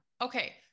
Okay